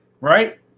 right